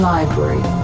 Library